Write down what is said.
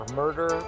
murder